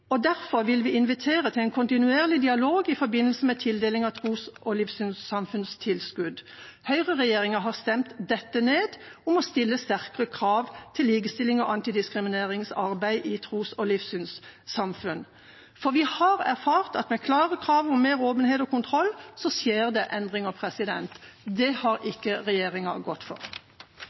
forbindelse med tildeling av tros- og livssynssamfunnstilskudd. Høyreregjeringa har stemt dette ned og må stille sterkere krav til likestillings- og antidiskrimineringsarbeid i tros- og livssynssamfunn. For vi har erfart at med klare krav om mer åpenhet og kontroll skjer det endringer. Det har ikke regjeringa gått inn for.